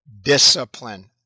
Discipline